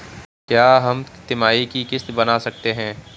क्या हम तिमाही की किस्त बना सकते हैं?